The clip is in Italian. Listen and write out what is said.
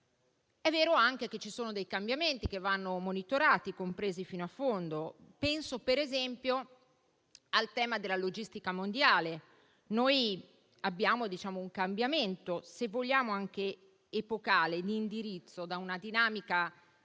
È vero anche che ci sono dei cambiamenti, che vanno compresi e monitorati fino a fondo. Penso, per esempio, al tema della logistica mondiale. Noi abbiamo un cambiamento, se vogliamo anche epocale e di indirizzo, da una dinamica